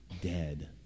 dead